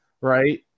Right